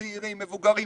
צעירים ומבוגרים,